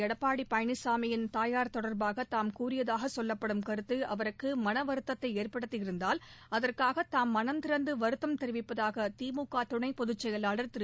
எடப்பாடி பழனிசாமியின் தாயார் தொடர்பாக தாம் கூறியதாக சொல்லப்படும் கருத்து அவருக்கு மனவருத்தத்தை ஏற்படுத்தி இருந்தால் அதற்காக தாம் மனம் திறந்து வருத்தம் தெரிவிப்பதாக திமுக துணைப் பொதுச் செயலாளர் திரு